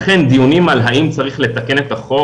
לכן דיונים על האם צריך לתקן את החוק